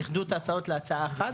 איחדו את ההצעות להצעה אחת,